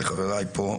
לחבריי פה.